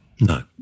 No